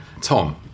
Tom